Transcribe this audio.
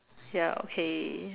ya okay